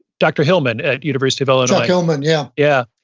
dr. hillman at university of illinois chuck hillman, yeah yeah.